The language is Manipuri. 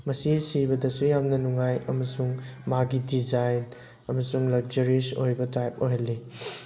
ꯃꯁꯤ ꯁꯤꯕꯗꯁꯨ ꯌꯥꯝꯅ ꯅꯨꯡꯉꯥꯏ ꯑꯃꯁꯨꯡ ꯃꯥꯒꯤ ꯗꯤꯖꯥꯏꯟ ꯑꯃꯁꯨꯡ ꯂꯛꯖꯔꯤꯁ ꯑꯣꯏꯕ ꯇꯥꯏꯞ ꯑꯣꯏꯍꯜꯂꯤ